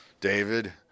David